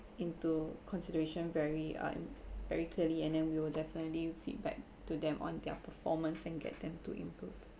into consideration very uh very clearly and then we will definitely feedback to them on their performance and get them to improve